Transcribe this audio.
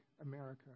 America